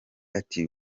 ati